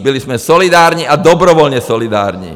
Byli jsme solidární, a dobrovolně solidární.